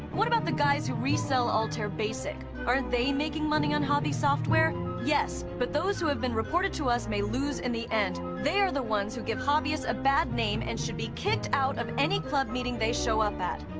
what about the guys who resell altair basic? aren't they making money on hobby software? yes, but those who have been reported to us may lose in the end. they are the ones who give hobbyists a bad name, and should be kicked out of any club meeting they show up at.